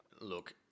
Look